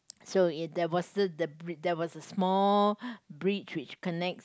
so there was there was a small bridge which connects